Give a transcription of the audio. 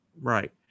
Right